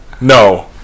No